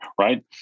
Right